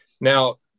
Now